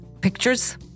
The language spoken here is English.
pictures